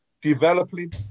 developing